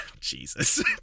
Jesus